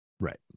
Right